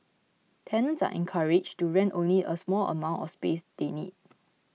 tenants are encouraged to rent only a small amount of space they need